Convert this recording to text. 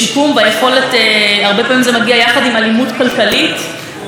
כל אלה דברים שהממשלה יכולה לעשות כדי לנסות